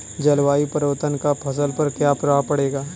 जलवायु परिवर्तन का फसल पर क्या प्रभाव पड़ेगा?